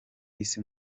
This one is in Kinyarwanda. isi